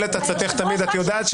תודה רבה.